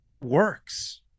works